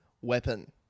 weapon